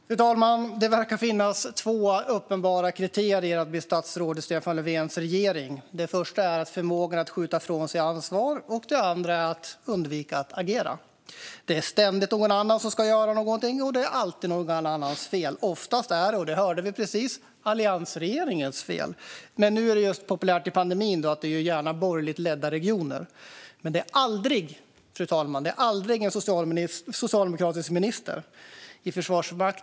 Fru talman! Det verkar finnas två uppenbara kriterier för att bli statsråd i Stefan Löfvens regering. Det första är förmågan att skjuta ifrån sig ansvar, och det andra är att undvika att agera. Det är ständigt någon annan som ska göra någonting, och det är alltid någon annans fel. Oftast är det alliansregeringens fel - det hörde vi precis - men just nu i pandemin är det populärt att säga att det är borgerligt ledda regioners fel. Men det är aldrig en socialdemokratisk ministers fel, fru talman.